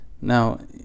Now